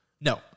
no